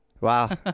Wow